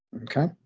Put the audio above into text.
Okay